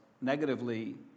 negatively